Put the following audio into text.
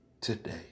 today